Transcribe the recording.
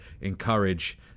encourage